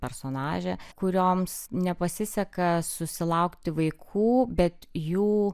personažė kurioms nepasiseka susilaukti vaikų bet jų